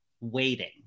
waiting